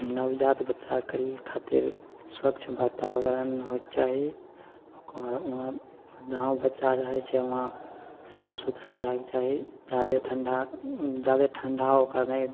नवजात बच्चाके लेल खातिर स्वच्छ वातावरण होइके चाही ओकरा बाद वहाँ जहाँ बच्चा रहै छै वहाँ साफ सुथरा रहैके चाही जादे ठण्डा जादे ठण्डा ओकरा नहि